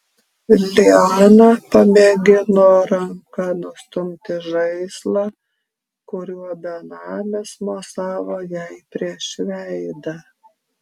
liana pamėgino ranka nustumti žaislą kuriuo benamis mosavo jai prieš veidą